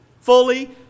Fully